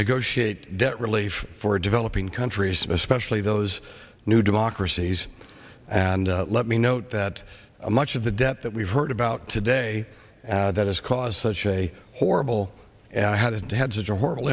negotiate debt relief for developing countries especially those new democracies and let me note that much of the debt that we've heard about today that has caused such a horrible and i hadn't had such a horrible